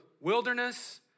wilderness